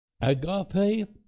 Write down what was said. Agape